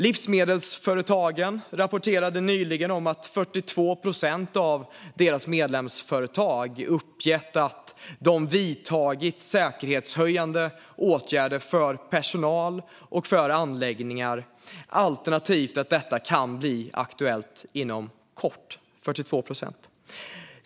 Livsmedelsföretagen rapporterade nyligen att 42 procent av deras medlemsföretag uppgett att de vidtagit säkerhetshöjande åtgärder för personal och anläggningar eller att det kan bli aktuellt inom kort.